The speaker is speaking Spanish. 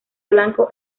blanco